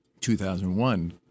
2001